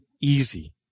easy